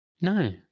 no